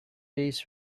days